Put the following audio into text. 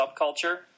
subculture